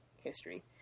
history